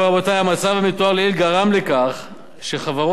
המצב המתואר לעיל גרם לכך שחברות שקיבלו